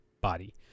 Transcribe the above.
body